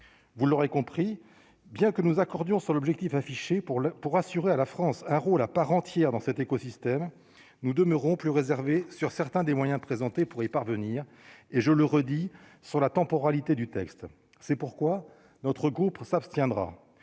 vous l'aurez compris, bien que nous accordions sur l'objectif affiché pour la pour assurer à la France un rôle à part entière dans cet écosystème nous demeurons plus réservé sur certains des moyens présentés pour y parvenir, et je le redis, sur la temporalité du texte, c'est pourquoi notre groupe s'abstiendra